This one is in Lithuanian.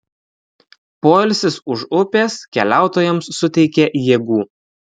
poilsis už upės keliautojams suteikė jėgų